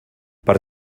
per